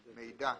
"מידע"